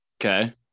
Okay